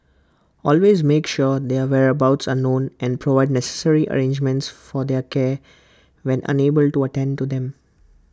always make sure their whereabouts are known and provide necessary arrangements for their care when unable to attend to them